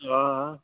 हां